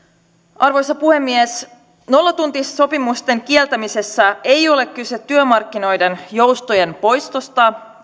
arvoisa puhemies nollatuntisopimusten kieltämisessä ei ole kyse työmarkkinoiden joustojen poistosta